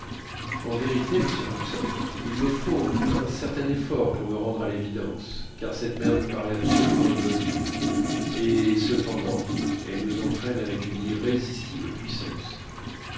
en vérité monsieur hobson il me faut un certain effort pour me rendre à l'évidence car cette mer nous paraît absolument immobile et cependant elle nous entraîne avec une irrésistible puissance